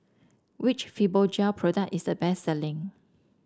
which Fibogel product is the best selling